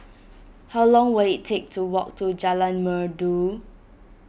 how long will it take to walk to Jalan Merdu